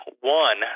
one